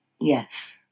Yes